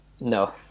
no